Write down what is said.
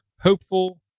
hopeful